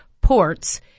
ports